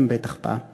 בטח הייתם פעם.